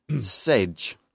sedge